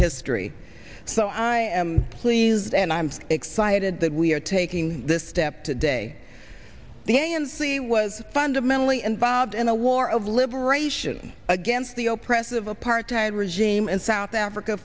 history so i am pleased and i'm excited that we are taking this step today the a n c was fundamentally involved in a war of liberation against the zero press of apartheid regime in south africa